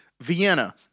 Vienna